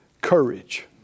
Courage